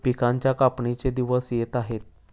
पिकांच्या कापणीचे दिवस येत आहेत